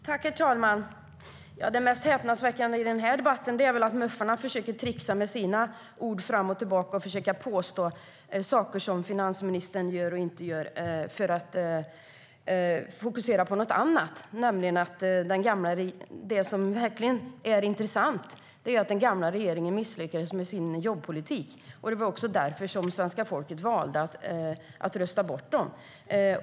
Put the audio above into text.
Herr talman! Det mest häpnadsväckande i den här debatten är väl att MUF:arna försöker tricksa med sina ord fram och tillbaka. De påstår saker som finansministern gör och inte gör för att fokusera på något annat. Det som verkligen är intressant är ju att den gamla regeringen misslyckades med sin jobbpolitik. Det var också därför som svenska folket valde att rösta bort den.